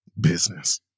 business